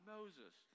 Moses